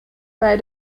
bei